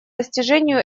достижению